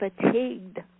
fatigued